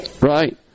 Right